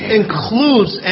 ，includes